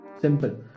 Simple